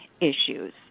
issues